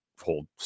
whole